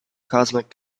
cosmic